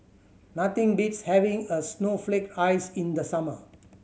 nothing beats having a snowflake ice in the summer